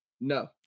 No